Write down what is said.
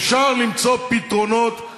אפשר למצוא פתרונות,